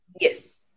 Yes